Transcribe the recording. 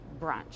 brunch